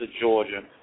Georgia